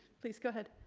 please go ahead.